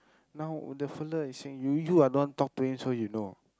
now the fella is saying you you're the one talk to him so you know